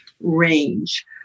range